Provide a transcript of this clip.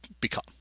become